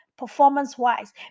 performance-wise